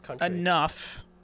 enough